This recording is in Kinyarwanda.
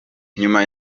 nyuma